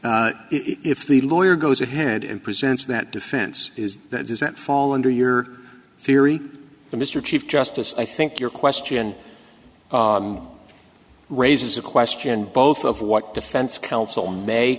e if the lawyer goes ahead and presents that defense is that does that fall under your theory mr chief justice i think your question raises a question both of what defense counsel may